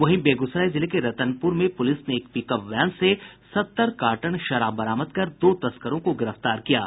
वहीं बेगूसराय जिले के रतनपुर में पूलिस ने एक पिकअप वैन से सत्तर कार्टन शराब बरामद कर दो तस्करों को गिरफ्तार किया है